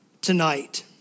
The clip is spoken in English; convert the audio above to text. tonight